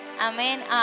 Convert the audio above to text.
Amen